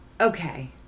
okay